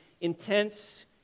intense